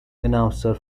announcer